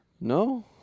No